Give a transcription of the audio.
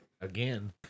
again